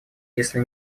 если